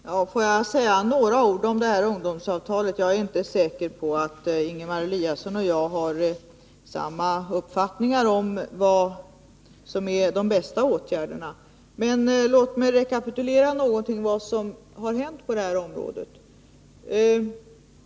Herr talman! Får jag säga några ord om ungdomsavtalet. Jag är inte säker på att Ingemar Eliasson och jag har samma uppfattning om vad som är de bästa åtgärderna. Men låt mig rekapitulera något av vad som har hänt på det här området.